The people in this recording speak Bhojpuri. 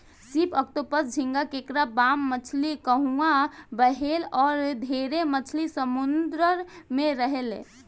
सीप, ऑक्टोपस, झींगा, केकड़ा, बाम मछली, कछुआ, व्हेल अउर ढेरे मछली समुंद्र में रहेले